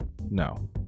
No